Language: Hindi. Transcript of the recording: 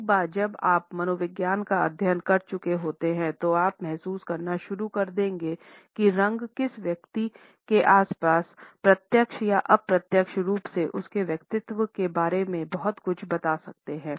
एक बार जब आप मनोविज्ञान का अध्ययन कर चुके होते हैं तो आप महसूस करना शुरू कर देंगे कि रंग किसी व्यक्ति के आसपास प्रत्यक्ष या अप्रत्यक्ष रूप से उसके व्यक्तित्व के बारे में बहुत कुछ बता सकते हैं